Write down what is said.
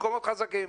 במקומות חזקים.